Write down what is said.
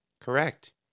Correct